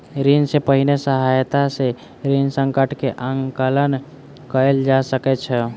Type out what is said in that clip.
ऋण सॅ पहिने सहायता सॅ ऋण संकट के आंकलन कयल जा सकै छै